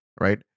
Right